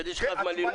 כדי שיהי לך מה ללמוד?